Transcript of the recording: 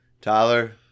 Tyler